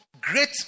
great